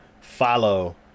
follow